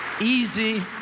easy